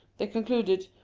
they concluded,